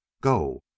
Go